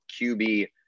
QB